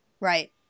Right